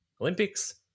Olympics